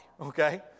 okay